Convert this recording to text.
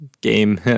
Game